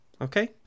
okay